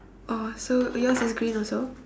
orh so yours is green also